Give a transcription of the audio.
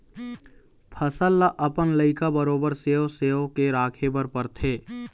फसल ल अपन लइका बरोबर सेव सेव के राखे बर परथे